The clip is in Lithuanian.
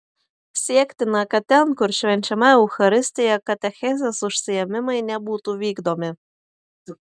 siektina kad ten kur švenčiama eucharistija katechezės užsiėmimai nebūtų vykdomi